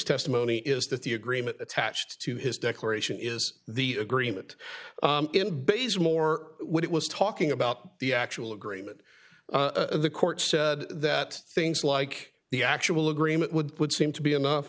testimony is that the agreement attached to his declaration is the agreement is more what it was talking about the actual agreement the court said that things like the actual agreement would would seem to be enough